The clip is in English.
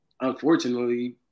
unfortunately